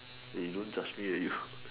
eh you don't judge me eh you